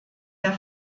der